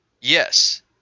Yes